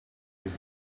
his